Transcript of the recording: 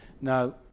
now